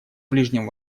ближнем